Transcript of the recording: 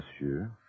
monsieur